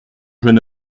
jeune